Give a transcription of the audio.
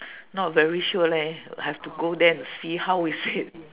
not very sure leh have to go there and see how is it